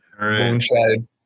Moonshine